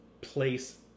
place